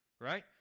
Right